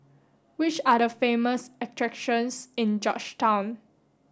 which are the famous attractions in Georgetown